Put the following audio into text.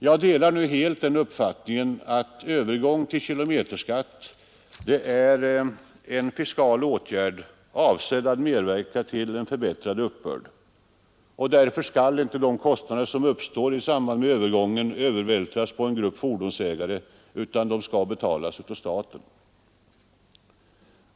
Jag delar helt den uppfattningen att övergången till kilometerskatt är en fiskal åtgärd, avsedd att medverka till en förbättrad uppbörd. Därför skall inte de kostnader som uppstår i samband med övergången övervältras på en grupp fordonsägare, utan de skall betalas av staten.